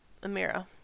Amira